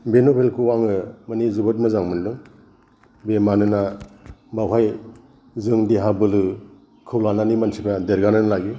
बे नभेल खौ आङो माने जोबोद मोजां मोनदों बे मानोना बेवहाय जों देहा बोलोखौ लानानै मानसिफोरा देरगानानै लायो